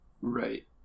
Right